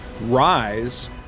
Rise